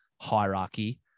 hierarchy